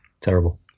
terrible